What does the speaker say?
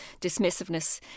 dismissiveness